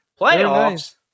Playoffs